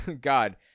God